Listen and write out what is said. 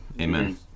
Amen